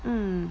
mm